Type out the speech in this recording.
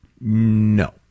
No